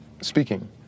speaking